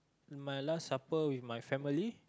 my last supper with my family